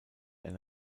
eine